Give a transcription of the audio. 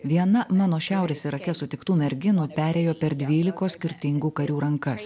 viena mano šiaurės irake sutiktų merginų perėjo per dvylikos skirtingų karių rankas